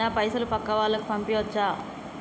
నా పైసలు పక్కా వాళ్ళకు పంపియాచ్చా?